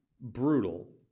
brutal